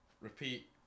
repeat